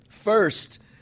First